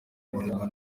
imirimo